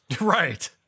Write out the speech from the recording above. Right